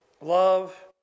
love